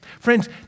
Friends